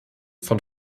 von